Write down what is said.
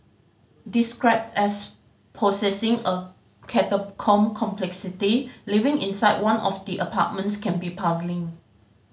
described as possessing a catacomb complexity living inside one of the apartments can be puzzling